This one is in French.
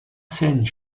scène